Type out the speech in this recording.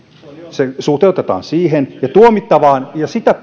se suhteutetaan siihen ja sitä